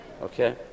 Okay